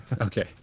Okay